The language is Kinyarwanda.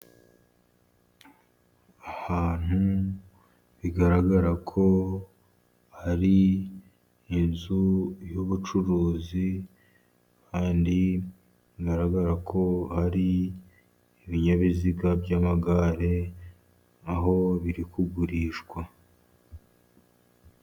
Ahantu bigaragara ko hari inzu y'ubucuruzi, kandi bigaragara ko hari ibinyabiziga by'amagare, aho biri kugurishwa.